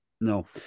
No